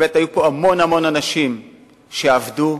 באמת היו פה המון-המון אנשים שעבדו,